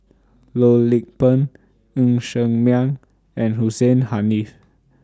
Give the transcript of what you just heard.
Loh Lik Peng Ng Ser Miang and Hussein Haniff